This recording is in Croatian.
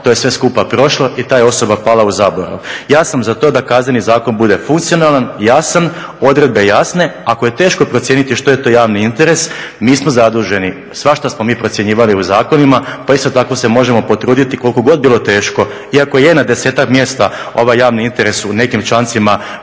to je sve skupa prošlo i ta je osoba pala u zaborav. Ja sam za to da Kazneni zakon bude funkcionalan, jasan, odredbe jasne. Ako je teško procijeniti što je to javni interes mi smo zaduženi, svašta smo mi procjenjivali u zakonima pa isto tako se možemo potruditi, koliko god bilo teško, iako je na 10-ak mjesta ovaj javni interes u nekim člancima